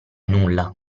nulla